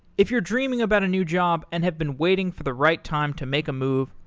if you're dreaming about a new job and have been waiting for the right time to make a move,